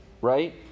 Right